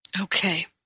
Okay